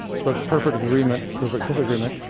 so it's perfect agreement, perfect disagreement.